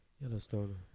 Yellowstone